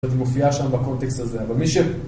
אז מופיעה שם בקונטקסט הזה. אבל מי ש...